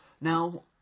Now